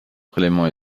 prélèvement